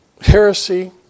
heresy